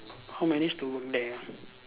how manage to work there ah